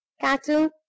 cattle